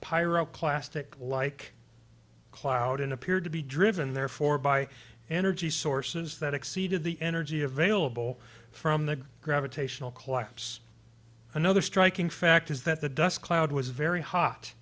pyro clastic like cloud in appeared to be driven therefore by energy sources that exceeded the energy available from the gravitational collapse another striking fact is that the dust cloud was very hot